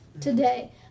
today